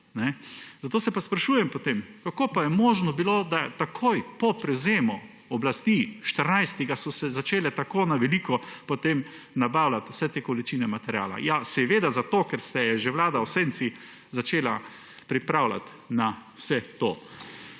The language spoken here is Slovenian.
Zato se sprašujem, kako pa je bilo možno, da so se takoj po prevzemu oblasti 14. začele tako na veliko potem nabavljati vse te količine materiala. Ja seveda zato, ker se je že Vlada v senci začela pripravljati na vse to.